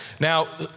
Now